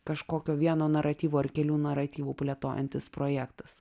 kažkokio vieno naratyvo ar kelių naratyvų plėtojantis projektas